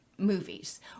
movies